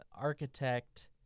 architect